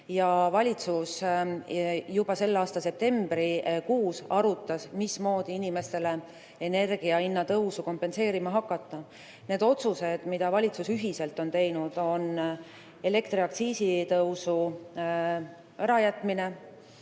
Valitsus juba selle aasta septembrikuus arutas, mismoodi inimestele energiahinna tõusu kompenseerima hakata. Otsused, mis valitsus ühiselt on teinud, on järgmised: elektriaktsiisi tõusu ärajätmine,